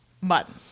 mutton